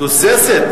תוססת?